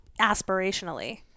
aspirationally